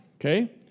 Okay